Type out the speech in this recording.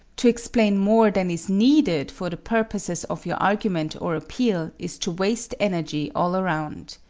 to explain more than is needed for the purposes of your argument or appeal is to waste energy all around.